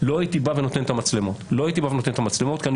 לא הייתי בא ונותן את המצלמות כי אני